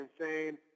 insane